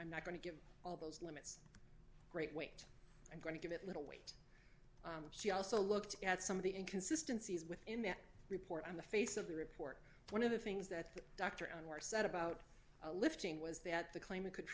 i'm not going to give all those limits great weight i'm going to give it a little weight she also looked at some of the inconsistency is within that report on the face of the report one of the things that the doctor on more said about lifting was that the claim could